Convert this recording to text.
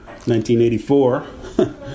1984